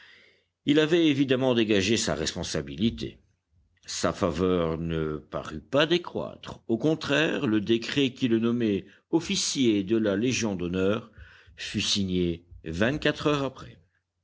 il avait évidemment dégagé sa responsabilité sa faveur ne parut pas décroître au contraire le décret qui le nommait officier de la légion d'honneur fut signé vingt-quatre heures après